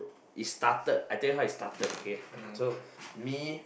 is started I tell you how it started okay so me